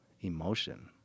emotion